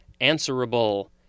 answerable